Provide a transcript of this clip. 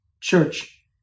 Church